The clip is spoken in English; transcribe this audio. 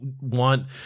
want